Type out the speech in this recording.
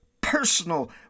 personal